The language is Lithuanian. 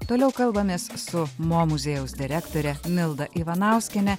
toliau kalbamės su mo muziejaus direktore milda ivanauskiene